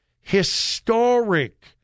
Historic